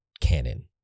canon